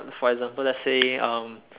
uh for example let's say um